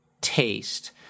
taste